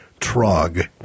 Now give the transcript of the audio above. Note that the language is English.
Trog